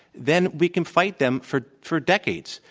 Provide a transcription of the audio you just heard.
then we can fight them for for decades.